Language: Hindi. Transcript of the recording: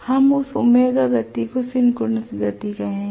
हम इस ओमेगा गति को सिंक्रोनस गति कहते हैं